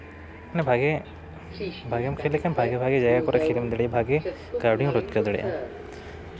ᱢᱟᱱᱮ ᱵᱷᱟᱜᱮ ᱵᱷᱟᱜᱮᱢ ᱠᱷᱮᱞ ᱞᱮᱠᱷᱟᱱ ᱵᱷᱟᱜᱮ ᱵᱷᱟᱜᱮ ᱡᱟᱭᱜᱟ ᱠᱚᱨᱮᱢ ᱠᱷᱮᱞᱮᱢ ᱫᱟᱲᱮᱭᱟᱜᱼᱟ ᱠᱟᱹᱣᱰᱤᱢ ᱨᱳᱡᱽᱜᱟᱨ ᱫᱟᱲᱮᱭᱟᱜᱼᱟ